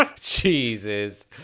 Jesus